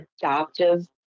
adoptive